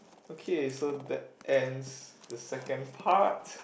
okay so that ends the second part